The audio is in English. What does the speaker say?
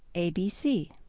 abc.